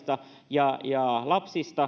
ja ja lapsia